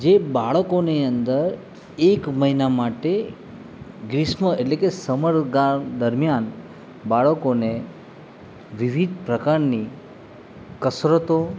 જે બાળકોને અંદર એક મહિનાની માટે ગ્રીષ્મ એટલે કે સમર ગા દરમિયાન બાળકોને વિવિધ પ્રકારની કસરતો